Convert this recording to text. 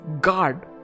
God